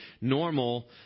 normal